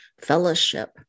fellowship